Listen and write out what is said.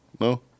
No